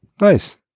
Nice